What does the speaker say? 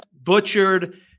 butchered